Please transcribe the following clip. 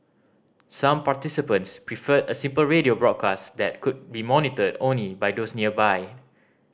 some participants preferred a simple radio broadcast that could be monitored only by those nearby